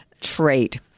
trait